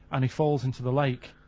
and he falls into the lake,